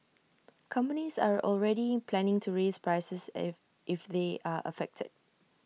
companies are already planning to raise prices if if they are affected